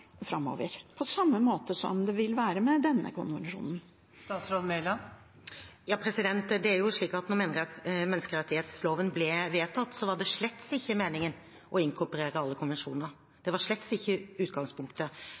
framover, på samme måte som det vil være med denne konvensjonen. Det er jo slik at da menneskerettsloven ble vedtatt, var det slett ikke meningen å inkorporere alle konvensjonene. Det var slett ikke utgangspunktet.